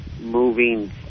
moving